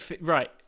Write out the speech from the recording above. Right